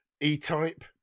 e-type